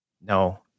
No